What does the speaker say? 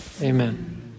Amen